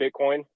Bitcoin